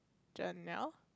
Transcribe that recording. Jenelle